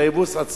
זה האבוס עצמו.